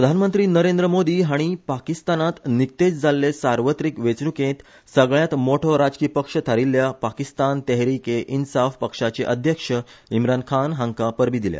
प्रधानमंत्री नरेंद्र मोदी हाणी पाकिस्तानात निकतेच जाल्ले सार्वत्रिक वेचणुकेंत सगळ्यांत मोठो राजकी पक्ष थारिल्ल्या पाकिस्तान तेहरिक ए इन्साफ पक्षाचे अध्यक्ष इमरान खान हांका परबी दिल्या